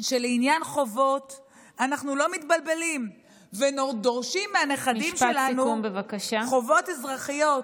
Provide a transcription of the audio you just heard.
שלעניין חובות אנחנו לא מתבלבלים ודורשים מהנכדים שלנו חובות אזרחיות,